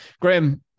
Graham